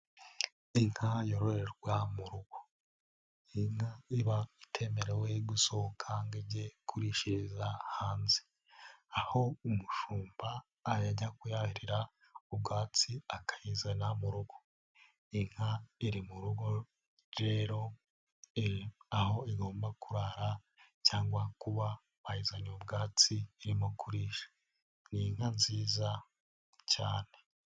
Inka yororerwa mu rugo ni inka iba itemerewe gusohoka ngo ijye kurishiriza hanze, aho umushumba ajya kuyarira ubwatsi akayizana mu rugo, inka iri mu rugo rero aho igomba kurara cyangwa kuba bayizaniye ubwatsi irimo kurisha, ni inka nziza cyane.